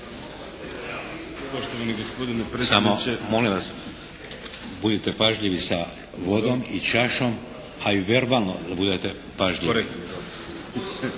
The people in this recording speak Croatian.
Samo molim vas budite pažljivi sa vodom i časom, a i verbalno da budete pažljivi.